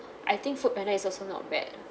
I think foodpanda is also not bad